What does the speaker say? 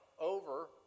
over